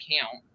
account